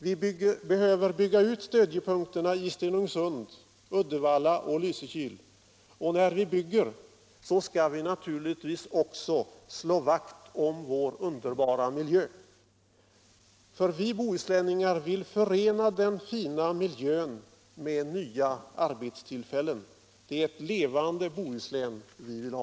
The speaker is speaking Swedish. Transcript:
Vi behöver bygga ut stödjepunkterna i Stenungsund, Uddevalla och Lysekil, och när vi bygger skall vi också slå vakt om vår underbara miljö. Vi bohusläningar vill förena den fina miljön med nya arbetstillfällen. Det är ett levande Bohuslän vi vill ha.